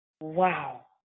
Wow